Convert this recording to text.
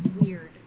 weird